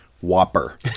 whopper